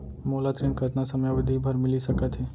मोला ऋण कतना समयावधि भर मिलिस सकत हे?